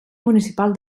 municipal